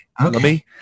Okay